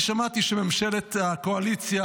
אני שמעתי שממשלת הקואליציה,